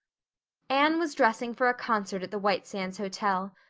anne was dressing for a concert at the white sands hotel.